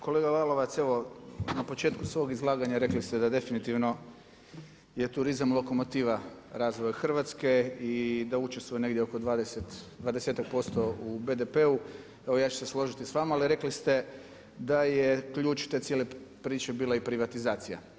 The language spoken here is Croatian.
Kolega Lalovac, evo na početku svog izlaganja rekli ste da definitivno je turizam lokomotiva razvoja Hrvatske i da učestvuje negdje oko dvadesetak posto u BDP-u, ja ću se složiti s vama, ali rekli ste da je ključ te cijele priče bila i privatizacija.